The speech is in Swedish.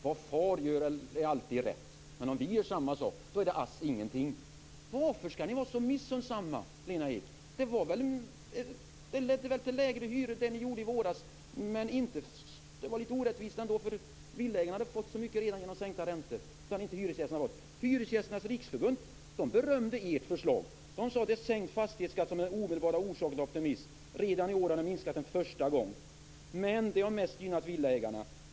Vad far gör är alltid rätt. Men om vi gör samma sak är det alls ingenting. Varför skall ni vara så missunnsamma, Lena Ek? Det ni gjorde i våras ledde väl till lägre hyror? Men det var lite orättvist ändå, för villaägarna hade redan fått så mycket genom sänkta räntor. Det hade inte hyresgästerna fått. Hyresgästernas riksförbund berömde ert förslag. De sade att sänkt fastighetsskatt är en omedelbar orsak till optimism. Redan i år har den minskat en första gång. Men det har mest gynnat villaägarna.